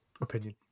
opinion